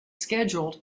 scheduled